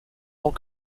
tant